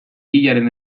hilaren